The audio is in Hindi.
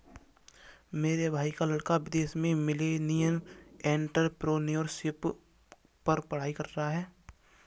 मेरे भाई का लड़का विदेश में मिलेनियल एंटरप्रेन्योरशिप पर पढ़ाई कर रहा है